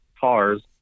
cars